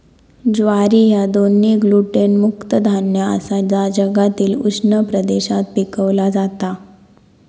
ज्वारी ह्या दोन्ही ग्लुटेन मुक्त धान्य आसा जा जगातील उष्ण प्रदेशात पिकवला जाता